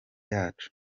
yacu